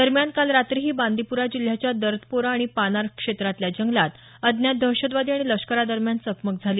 दरम्यान काल रात्रीही बांदिप्रा जिल्ह्याच्या दर्दपोरा आणि पानार क्षेत्रातल्या जंगलात अज्ञात दहशतवादी आणि लष्करा दरम्यान चकमक झाली